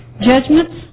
Judgments